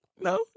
No